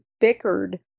bickered